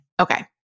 Okay